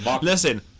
Listen